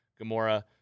Gamora